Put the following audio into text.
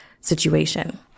situation